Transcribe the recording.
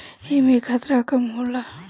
एमे खतरा कम होला